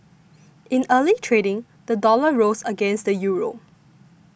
in early trading the dollar rose against the Euro